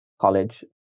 college